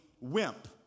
wimp